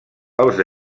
els